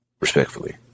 respectfully